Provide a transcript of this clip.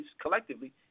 collectively